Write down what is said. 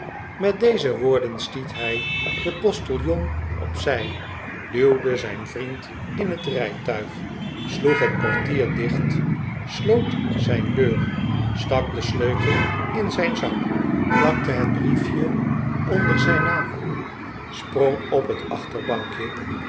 met deze woorden stiet hij den postiljon op zij duwde zijn vriend in het rijtuig sloeg het portier dicht sloot zijn deur stak den sleutel in zijn zak plakte het brief je onder zijn naam sprong op het achterbankje